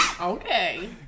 Okay